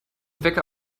wecker